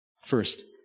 First